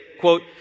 quote